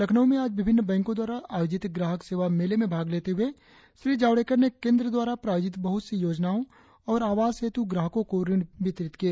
लखनऊ में आज विभिन्न बैंको द्वारा आयोजित ग्राहक सेवा मेले में भाग लेते हुए श्री जावड़ेकर ने केंद्र द्वारा प्रायोजित बहुत सी योजनाओं और आवास हेतु ग्राहकों को ऋण वितरित किए